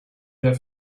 their